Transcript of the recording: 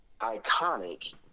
iconic